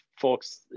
folks